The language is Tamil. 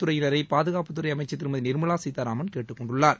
துறையினரை பாதுகாப்பு துறை அமைச்சர் திருமதி நிர்மலா சீதாராம் கேட்டுக்கொண்டுள்ளார்